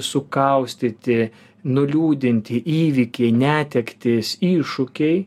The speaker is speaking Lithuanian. sukaustyti nuliūdinti įvykiai netektys iššūkiai